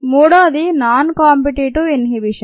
మూడోది non competitive inhibition